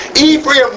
Ephraim